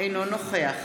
אינו נוכח